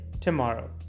tomorrow